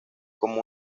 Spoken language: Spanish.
como